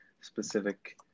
specific